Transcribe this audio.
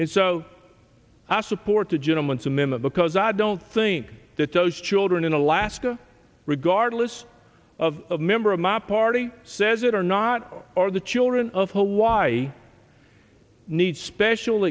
it so i support the gentleman samina because i don't think that those children in alaska regardless of member of my party says it or not or the children of hawaii need special